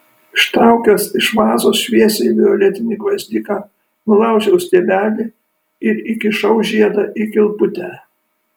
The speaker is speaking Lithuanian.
ištraukęs iš vazos šviesiai violetinį gvazdiką nulaužiau stiebelį ir įkišau žiedą į kilputę